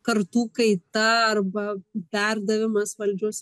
kartų kaita arba perdavimas valdžios